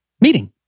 meeting